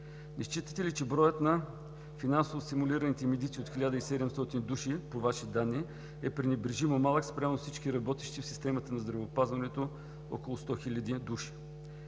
Не считате ли, че броят на финансово стимулираните медици от 1700 души, по Ваши данни, е пренебрежимо малък спрямо всички работещи в системата на здравеопазването около 100 000 души?